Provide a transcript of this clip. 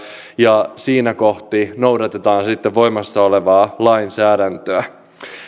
ja siinä kohti noudatetaan sitten voimassa olevaa lainsäädäntöä